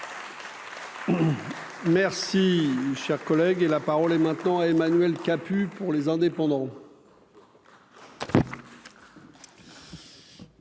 Merci, cher collègue, et la parole est maintenant à Emmanuel Capus pour les indépendants.